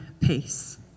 peace